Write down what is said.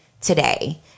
today